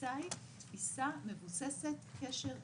התפיסה היא תפיסה מבוססת קשר ויחסים,